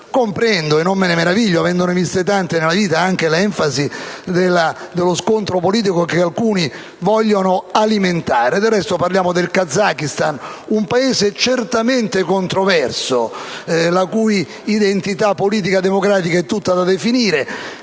Comprendo - e non me ne meraviglio, avendone viste tante nella vita - anche l'enfasi dello scontro politico che alcuni vogliono alimentare. Del resto, parliamo del Kazakistan, un Paese certamente controverso, la cui identità politica democratica è tutta da definire,